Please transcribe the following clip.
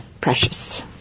Precious